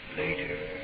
later